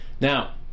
Now